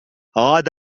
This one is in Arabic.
عاد